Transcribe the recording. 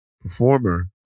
performer